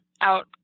out